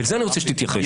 ולזה אני רוצה שתתייחס.